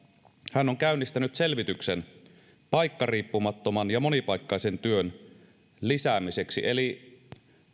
hän on käynnistänyt selvityksen paikkariippumattoman ja monipaikkaisen työn lisäämiseksi eli